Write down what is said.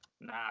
Nah